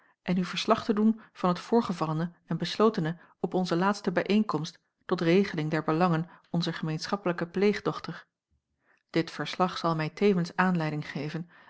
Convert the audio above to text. en u verslag te doen van het voorgevallene en beslotene op onze laatste bijeenkomst tot regeling der belangen onzer gemeenschappelijke pleegdochter dit verslag zal mij tevens aanleiding geven